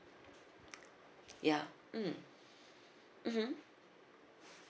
ya mm mmhmm